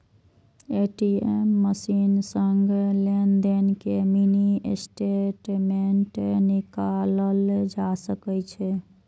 ATM machine सं लेनदेन के मिनी स्टेटमेंट निकालल जा सकै छै